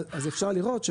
אז אפשר לראות,